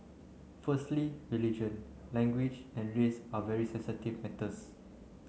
firstly religion language and race are very sensitive matters